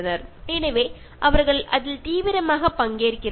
അവർ വളരെ കാര്യക്ഷമമായി ഇതിൽ പങ്കെടുക്കുന്നു